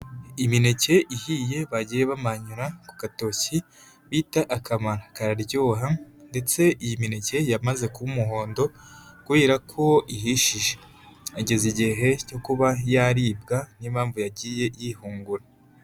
Imineke ihiye bagiye bamanyura ku katoki bita akamara, kararyoha ndetse iyi mineke yamaze kuba umuhondo kubera ko ihishije, yageze igihe cyo kuba yaribwa niyo mpamvu yagiye yihungura.